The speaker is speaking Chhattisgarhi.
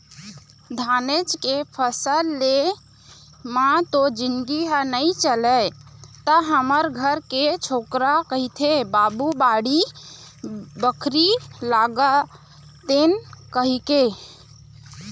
धानेच के फसल ले म तो जिनगी ह नइ चलय त हमर घर के छोकरा कहिथे बाबू बाड़ी बखरी लगातेन कहिके